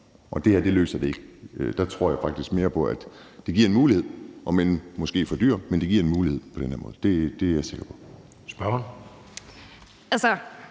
og det her løser det ikke. Der tror jeg faktisk mere på, at det giver en mulighed, om end måske for dyr, men det giver en mulighed på den her måde. Det er jeg sikker på. Kl.